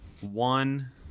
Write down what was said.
one